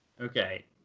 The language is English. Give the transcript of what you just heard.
Okay